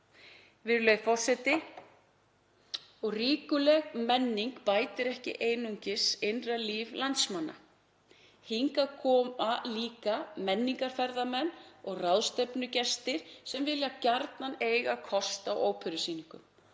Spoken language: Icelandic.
og Selfossi. Ríkuleg menning bætir ekki einungis innra líf landsmanna. Hingað koma líka menningarferðamenn og ráðstefnugestir sem vilja gjarnan eiga kost á óperusýningum.